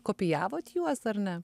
kopijavot juos ar ne